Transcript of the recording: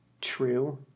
true